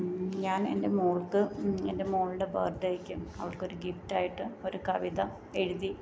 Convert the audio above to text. ഞാൻ എന്റെ മോൾക്ക് എന്റെ മോൾടെ ബേര്ത്ഡേയ്ക്ക് അവൾക്കൊരു ഗിഫ്റ്റായിട്ട് ഒരു കവിത എഴുതി